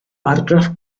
argraff